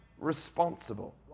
responsible